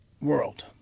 world